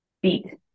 Beat